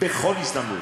בכל הזדמנות.